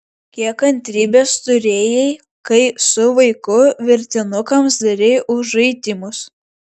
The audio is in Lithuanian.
kiek kantrybės turėjai kai su vaiku virtinukams darei užraitymus